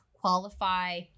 qualify